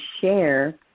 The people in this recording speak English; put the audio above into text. share